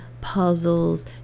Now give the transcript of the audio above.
puzzles